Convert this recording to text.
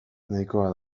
nahikoa